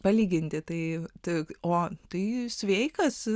palyginti tai tik sveikas